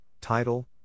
title